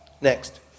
Next